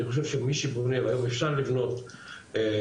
אני חושב שמי שבונה והיום אפשר לבנות בור